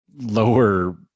lower